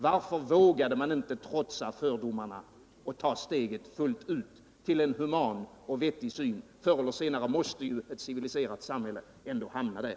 Varför vågar man inte trotsa fördomarna och ta steget fullt ut till en human och vettig syn? Förr eller senare måste ju ett civiliserat samhälle ändå hamna där.